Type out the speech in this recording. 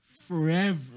forever